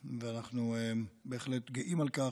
אנחנו בהחלט גאים על כך.